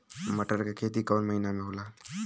मटर क खेती कवन महिना मे होला?